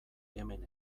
hemen